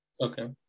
Okay